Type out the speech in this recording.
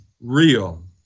real